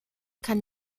kann